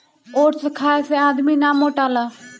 oats खाए से आदमी ना मोटाला